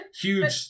huge